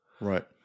right